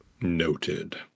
Noted